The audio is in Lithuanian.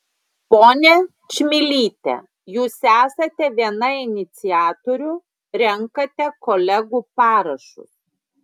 ponia čmilyte jūs esate viena iniciatorių renkate kolegų parašus